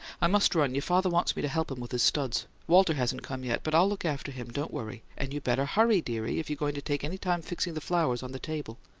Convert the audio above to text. i must run your father wants me to help him with his studs. walter hasn't come yet, but i'll look after him don't worry, and you better hurry, dearie, if you're going to take any time fixing the flowers on the table.